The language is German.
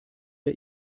der